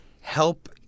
help